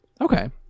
Okay